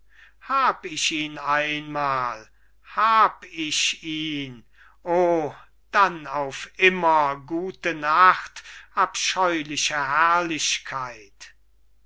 wollte hab ich ihn einmal hab ich ihn o dann auf immer gute nacht abscheuliche herrlichkeitzweite